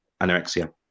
anorexia